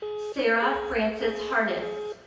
sarah frances harness.